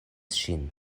ŝin